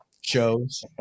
shows